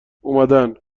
اومدن